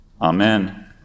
Amen